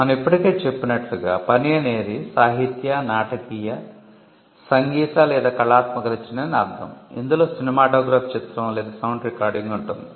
మనం ఇప్పటికే చెప్పినట్లుగా 'పని' అనేది సాహిత్య నాటకీయ సంగీత లేదా కళాత్మక రచన అని అర్ధం ఇందులో సినిమాటోగ్రాఫ్ చిత్రం లేదా సౌండ్ రికార్డింగ్ ఉంటుంది